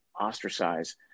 ostracize